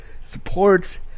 support